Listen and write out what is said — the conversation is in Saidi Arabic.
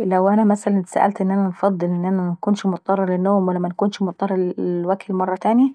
لو انا مثلا اتسالت ان انا منكنش مضطرة للنوم ولا منكنش مضطرة للوكل مرة تانيي؟